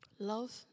Love